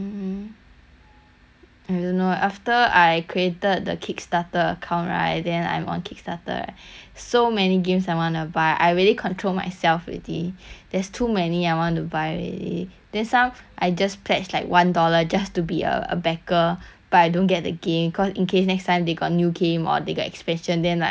you know after I created the kickstarter account right then I'm on kickstarter so many games I wanna buy I really control myself already there's too many I want to buy already then some I just pledge like one dollar just to be a a backer but I don't get the game cause in case next time they got new game or they get expansion then like I got some privilege